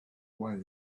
way